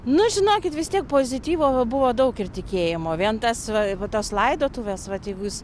nu žinokit vis tiek pozityvo buvo daug ir tikėjimo vien tas va va tos laidotuvės vat jeigu jūs